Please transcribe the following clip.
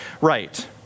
right